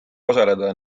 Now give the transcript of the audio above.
osaleda